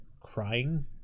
crying